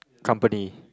company